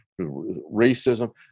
racism